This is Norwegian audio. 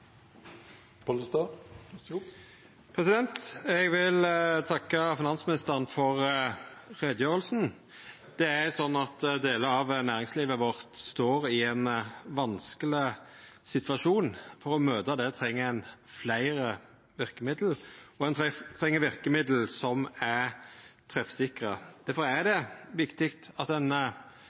Eg vil takka finansministeren for utgreiinga. Delar av næringslivet vårt står i ein vanskeleg situasjon, og for å møta det treng ein fleire verkemiddel, og ein treng verkemiddel som er treffsikre. Difor er det viktig at ein